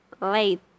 late